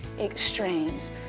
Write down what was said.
extremes